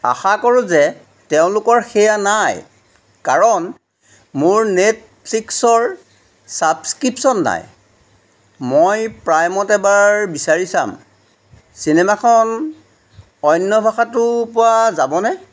আশা কৰোঁ যে তেওঁলোকৰ সেয়া নাই কাৰণ মোৰ নেটফ্লিক্সৰ ছাবস্ক্ৰিপশ্যন নাই মই প্ৰাইমত এবাৰ বিচাৰি চাম চিনেমাখন অন্য ভাষাটো পোৱা যাবনে